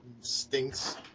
Stinks